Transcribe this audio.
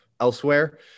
elsewhere